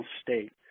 state